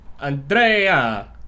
Andrea